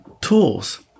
tools